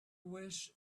wish